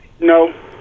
No